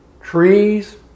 trees